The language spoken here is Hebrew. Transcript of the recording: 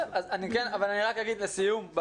אני אומר לסיום,